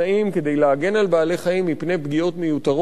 כדי להגן על בעלי-חיים מפני פגיעות מיותרות,